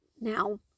Now